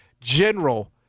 general